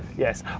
yes.